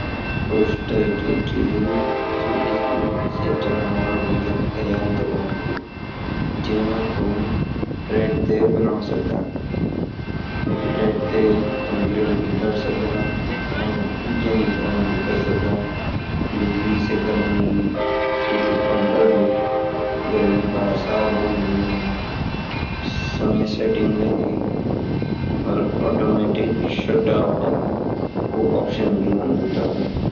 टोस्टर जो ची सु बिजली साई चलने वलु यंत्र होन्दु जमा तुम ब्रेड बना सकदा ब्रेड ते तुम ग्रिल भी क्र सकदा और यनि गरम भी क्र सकदा बिजली साई गर्मी सु उत्पन करदु गर्मी का असर होन्दु येमा समय सेटिंग हुंदी और आटोमेटिक शटडाउन का ऑप्शन भी होन्दु ये मा